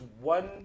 one